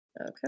Okay